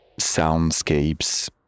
soundscapes